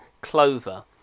clover